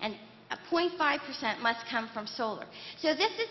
and a point five percent must come from solar so this is